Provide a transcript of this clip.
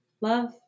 Love